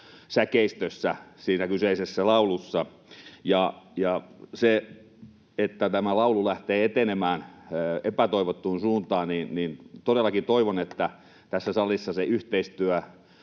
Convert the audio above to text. säkeistössä siinä kyseisessä laulussa. Ja jos tämä laulu lähtee etenemään epätoivottuun suuntaan, niin todellakin toivon, että tässä salissa se yhteistyö